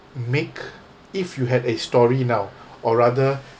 make if you had a story now or rather